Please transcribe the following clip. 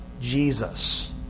Jesus